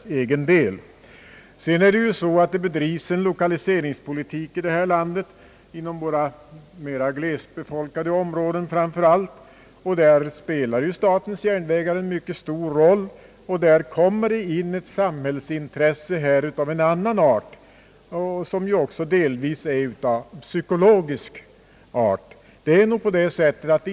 Sedan får vi ta med i beräkningen att det i detta land bedrivs en lokaliseringspolitik framför allt inom våra mera glesbefolkade områden, och där spelar statens järnvägar en mycket stor roll. Där tillkommer ett samhällsintresse av en annan art, delvis av psykologisk natur.